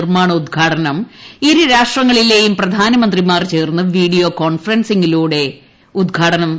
നിർമ്മാണം ഇരു രാഷ്ട്രങ്ങളിലേയും പ്രധാനമന്ത്രിമാർ ചേർന്ന് വീഡിയോ കോൺഫറൻസിംഗിലൂടെ ഉദ്ഘാടനം ചെയ്തു